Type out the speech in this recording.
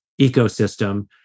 ecosystem